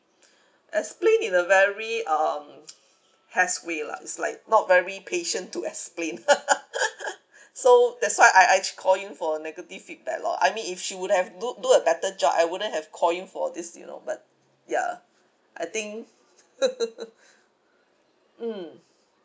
explain in a very um hassle way lah is like not very patient to explain so that's why I I call in for negative feedback lor I mean if she would have do do a better job I wouldn't have call in for this you know but ya I think mm